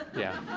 yeah.